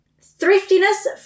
thriftiness